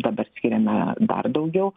dabar skiriame dar daugiau